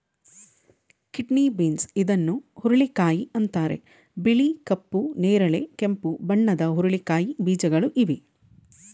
kidney beans ಇದನ್ನು ಹುರುಳಿಕಾಯಿ ಅಂತರೆ ಬಿಳಿ, ಕಪ್ಪು, ನೇರಳೆ, ಕೆಂಪು ಬಣ್ಣದ ಹುರಳಿಕಾಯಿ ಬೀಜಗಳು ಇವೆ